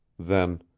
then